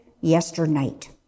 yesternight